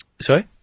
Sorry